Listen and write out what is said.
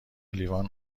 لیوان